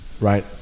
right